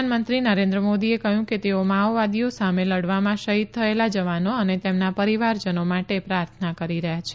પ્રધાનમંત્રી નરેન્દ્ર મોદીએ કહ્યું કે તેઓ માઓવાદીઓ સામે લડવામાં શહીદ થયેલા જવાનો અને તેમના પરીવારજનો માટે પ્રાર્થના કરી રહયાં છે